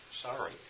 Sorry